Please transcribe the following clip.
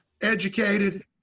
educated